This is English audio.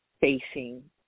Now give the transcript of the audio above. facing